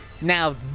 Now